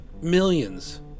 millions